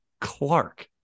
Clark